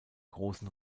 großen